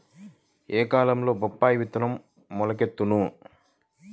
ఏ కాలంలో బొప్పాయి విత్తనం మొలకెత్తును?